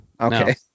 Okay